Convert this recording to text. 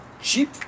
cheap